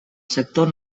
sector